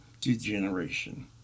degeneration